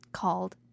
called